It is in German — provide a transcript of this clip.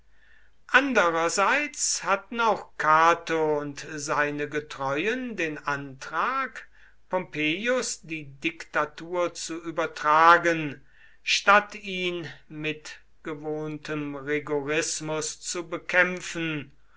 andererseits hatten auch cato und seine getreuen den antrag pompeius die diktatur zu übertragen statt ihn mit gewohntem rigorismus zu bekämpfen